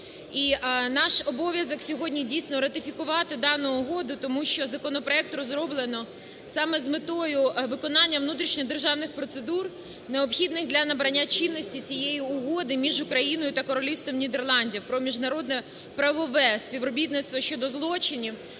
наш обов'язок сьогодні - дійсно ратифікувати дану угоду, тому що законопроект розроблено саме з метою виконання внутрішньодержавних процедур, необхідних для набрання чинності цієї Угоди між Україною та Королівством Нідерландів про міжнародне правове співробітництво щодо злочинів,